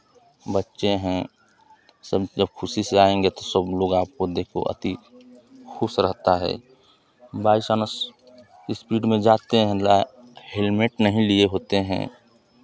बच्चे हैं समय पे जब खुशी से आएंगे तो सबलोग आपको देख के अति खुश रहता है बाइचान्स स्पीड में जाते हैं या हेलमेट नहीं लिए होते हैं